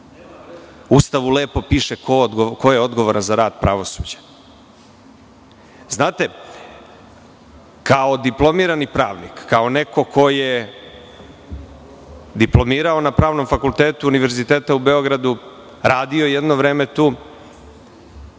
Ustavu lepo piše ko je odgovoran za rad pravosuđa. Kao diplomirani pravnik, kao neko ko je diplomirao na Pravnom fakultetu Univerziteta u Beogradu, radio jedno vreme tu,